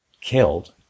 killed